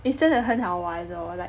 is 真的很好玩 though like